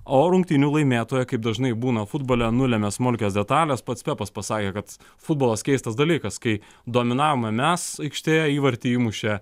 o rungtynių laimėtoja kaip dažnai būna futbole nulemia smulkios detalės pats pepas pasakė kad futbolas keistas dalykas kai dominavome mes aikštėj įvartį įmušė